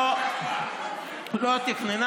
לא תכננה